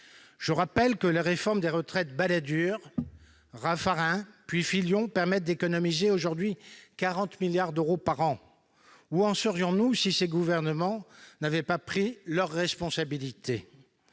Je rappelle que les réformes des retraites Balladur, Raffarin puis Fillon permettent d'économiser aujourd'hui 40 milliards d'euros par an. Où en serions-nous si les gouvernements d'alors n'avaient pas pris leurs responsabilités ?